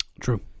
true